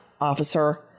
Officer